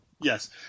yes